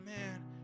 man